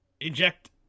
inject